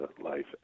life